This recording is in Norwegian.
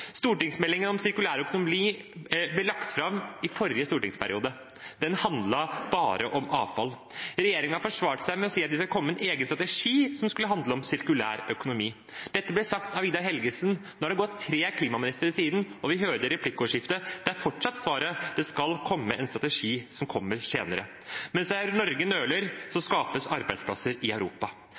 Stortingsmeldingen om sirkulær økonomi ble lagt fram i forrige stortingsperiode. Den handlet bare om avfall. Regjeringen forsvarte seg med å si at de skal komme med en egen strategi som skal handle om sirkulær økonomi. Dette ble sagt av Vidar Helgesen. Nå har det vært tre klimaministre siden det, og vi hørte i replikkordskiftet at svaret fortsatt er at det skal komme en strategi, som kommer senere. Mens Norge nøler, skapes arbeidsplasser i Europa.